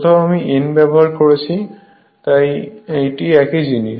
কোথাও আমি N ব্যবহার করেছি কিন্তু একই জিনিস